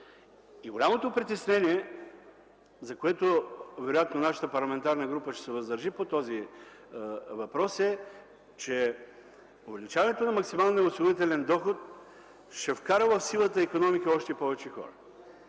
Голямото притеснение, за което вероятно нашата парламентарна група ще се въздържи по този въпрос е, че увеличаването на максималния осигурителен доход ще вкара в сивата икономика още повече хора.